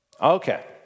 Okay